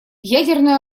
ядерное